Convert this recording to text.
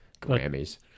Grammys